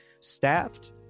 staffed